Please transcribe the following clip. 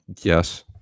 Yes